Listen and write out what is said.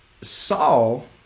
saul